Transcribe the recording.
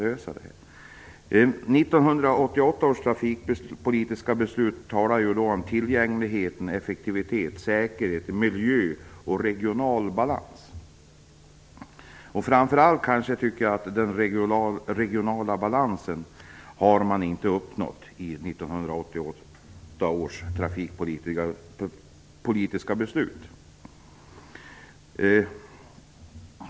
1988 års trafikpolitiska beslut talar om tillgänglighet, effektivitet, säkerhet, miljö och regional balans. Men i första hand den regionala balansen har inte uppnåtts i 1988 års trafikpolitiska beslut.